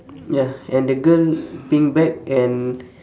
ya and the girl pink bag and